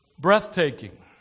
breathtaking